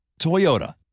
Toyota